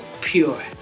pure